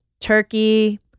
turkey